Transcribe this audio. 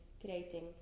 creating